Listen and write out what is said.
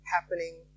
happening